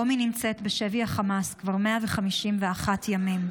רומי נמצאת בשבי החמאס כבר 151 ימים.